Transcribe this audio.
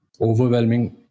overwhelming